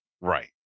Right